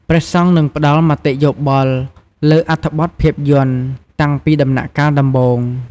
ព្រះសង្ឃនឹងផ្ដល់ មតិយោបល់លើអត្ថបទភាពយន្ត តាំងពីដំណាក់កាលដំបូង។